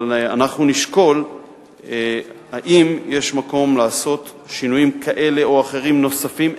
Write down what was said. אנחנו נשקול אם יש מקום לעשות שינויים כאלה או אחרים נוספים,